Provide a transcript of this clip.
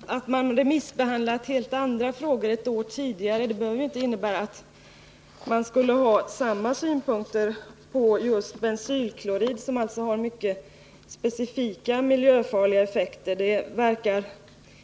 Herr talman! Att man remissbehandlat helt andra frågor ett år tidigare behöver inte innebära att synpunkterna skulle vara precis desamma som beträffande just bensylklorid, som har mycket specifika miljöfarliga effekter. Det verkar